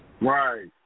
Right